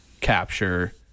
capture